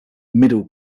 middle